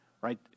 right